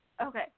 Okay